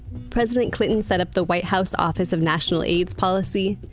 president clinton set up the white house office of national aids policy.